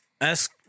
ask